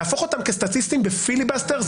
להפוך אותם לסטטיסטים בפיליבסטר,